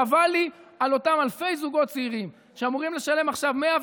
חבל לי על אותם אלפי זוגות צעירים שאמורים לשלם עכשיו 100,000,